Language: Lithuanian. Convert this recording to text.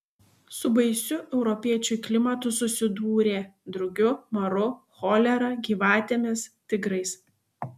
su baisiu europiečiui klimatu susidūrė drugiu maru cholera gyvatėmis tigrais